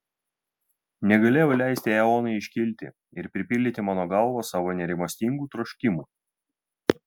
negalėjau leisti eonai iškilti ir pripildyti mano galvą savo nerimastingų troškimų